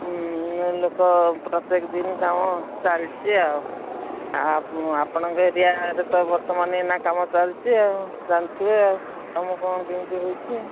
ଲୋକ ପ୍ରତ୍ୟେକ ଦିନ କାମ ଚାଲିଛି ଆଉ ଆପଣଙ୍କ ଏରିଆରେ ତ ବର୍ତ୍ତମାନ ଏଇନା କାମ ଚାଲିଛି ଆଉ ଜାଣିଥିବେ ଆଉ କାମ କ'ଣ କେମିତି ହେଉଛି